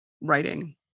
writing